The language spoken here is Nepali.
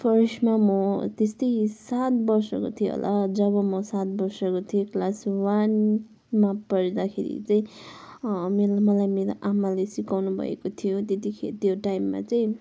फर्स्टमा म त्यस्तै सात वर्षको थिएँ होला जब म सात वर्षको थिएँ क्लास वानमा पढ्दाखेरि चाहिँ मलाई मेरो आमाले सिकाउनु भएको थियो त्यतिखेर त्यो टाइममा चाहिँ